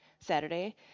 Saturday